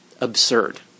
absurd